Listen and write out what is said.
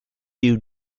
you